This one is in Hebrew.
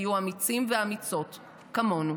תהיו אמיצים ואמיצות כמונו.